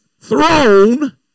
throne